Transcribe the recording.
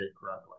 correctly